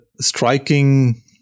striking